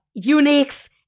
uniques